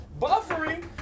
buffering